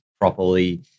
properly